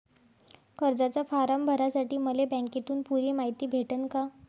कर्जाचा फारम भरासाठी मले बँकेतून पुरी मायती भेटन का?